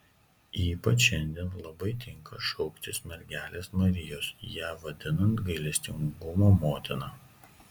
ypač šiandien labai tinka šauktis mergelės marijos ją vadinant gailestingumo motina